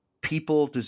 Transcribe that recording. people